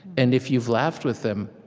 and if you've laughed with them,